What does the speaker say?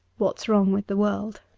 what's wrong with the world